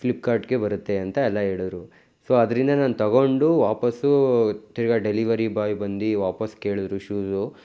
ಫ್ಲಿಪ್ಕಾರ್ಟ್ಗೆ ಬರುತ್ತೆ ಅಂತ ಎಲ್ಲ ಹೇಳುರು ಸೊ ಅದರಿಂದ ನಾನು ತಗೊಂಡು ವಾಪಾಸ್ಸು ತಿರುಗ ಡೆಲಿವರಿ ಬಾಯ್ ಬಂದು ವಾಪಸ್ ಕೇಳಿದ್ರು ಶೂಸು